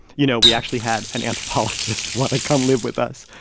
you know, we actually had an anthropologist want to come live with us.